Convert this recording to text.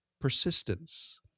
persistence